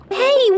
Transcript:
hey